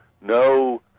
no